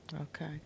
Okay